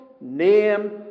name